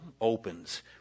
opens